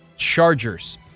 Chargers